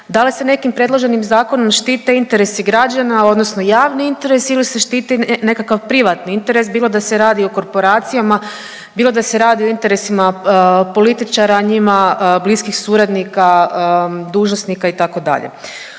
da li se nekim predloženim zakonom štite interesi građana, odnosno javni interes ili se štiti nekakav privatni interes, bilo da se radi o korporacijama, bilo da se radi o interesima političara, njima bliskih suradnika, dužnosnika itd.